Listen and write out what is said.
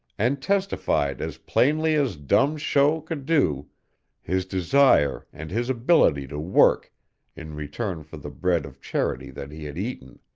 and testified as plainly as dumb show could do his desire and his ability to work in return for the bread of charity that he had eaten.